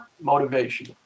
motivation